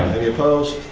any opposed?